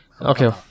okay